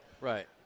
Right